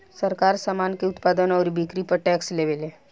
सरकार, सामान के उत्पादन अउरी बिक्री पर टैक्स लेवेले